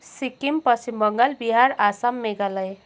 सिक्किम पश्चिम बङ्गाल बिहार आसाम मेघालय